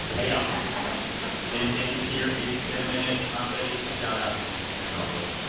hey, y'all. so sam sanders here, it's been a minute. aunt betty, shout out as always.